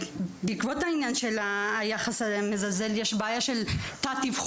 בעקבות העניין של היחס המזלזל יש בעיה של תת-אבחון,